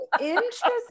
Interesting